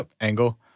angle